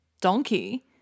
donkey